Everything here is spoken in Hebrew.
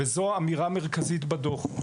וזו אמירה מרכזית בדוח.